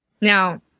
Now